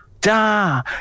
da